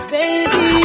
Baby